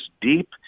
deep